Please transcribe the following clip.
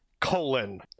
colon